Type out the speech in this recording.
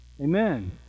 Amen